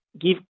give